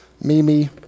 Mimi